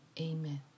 Amen